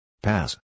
Pass